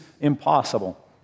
impossible